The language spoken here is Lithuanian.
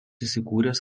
įsikūręs